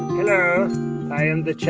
hello i am the